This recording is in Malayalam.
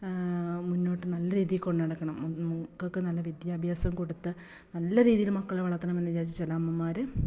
മുന്നോട്ട് നല്ല രീതിയിൽ കൊണ്ട് നടക്കണം മക്കൾക്ക് നല്ല വിദ്യാഭ്യസം കൊടുത്ത് നല്ല രീതിയിൽ മക്കളെ വളർത്തണമെന്ന് വിചാരിച്ച ചില അമ്മമാർ